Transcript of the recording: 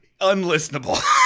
unlistenable